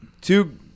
two